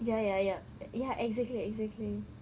ya ya ya ya exactly exactly